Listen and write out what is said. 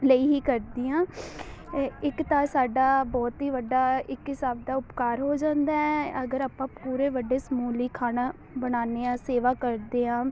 ਲਈ ਹੀ ਕਰਦੀ ਹਾਂ ਅਹ ਇੱਕ ਤਾਂ ਸਾਡਾ ਬਹੁਤ ਹੀ ਵੱਡਾ ਇੱਕ ਹਿਸਾਬ ਦਾ ਉਪਕਾਰ ਹੋ ਜਾਂਦਾ ਹੈ ਅਗਰ ਆਪਾਂ ਪੂਰੇ ਵੱਡੇ ਸਮੂਹ ਲਈ ਖਾਣਾ ਬਣਾਉਂਦੇ ਹਾਂ ਸੇਵਾ ਕਰਦੇ ਹਾਂ